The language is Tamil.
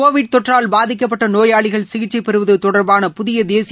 கோவிட் தொற்றால் பாதிக்கப்பட்ட நோயாளிகள் சிகிச்சை பெறுவது தொடர்பான புதிய தேசிய